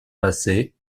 passé